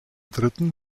dritten